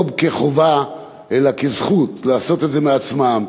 לא כחובה אלא כזכות לעשות את זה מעצמם.